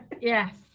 Yes